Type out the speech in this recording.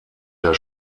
der